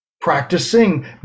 Practicing